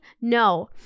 no